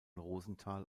rosenthal